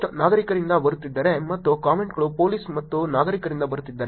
post ನಾಗರಿಕರಿಂದ ಬರುತ್ತಿದ್ದರೆ ಮತ್ತು ಕಾಮೆಂಟ್ಗಳು ಪೊಲೀಸ್ ಮತ್ತು ನಾಗರಿಕರಿಂದ ಬರುತ್ತಿದ್ದರೆ